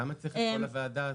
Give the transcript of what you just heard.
למה צריך את כל הוועדה הזאת?